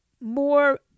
more